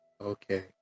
Okay